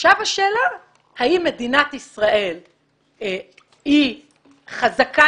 עכשיו השאלה האם מדינת ישראל היא חזקה